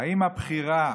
האם הבחירה